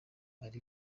ari